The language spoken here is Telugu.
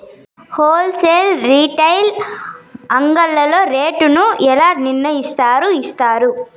హోల్ సేల్ రీటైల్ అంగడ్లలో రేటు ను ఎలా నిర్ణయిస్తారు యిస్తారు?